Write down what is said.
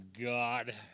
God